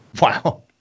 Wow